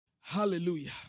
Hallelujah